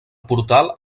portal